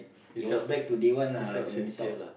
it was back to day one lah like when we talk